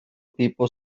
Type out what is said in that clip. people